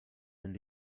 and